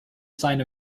sign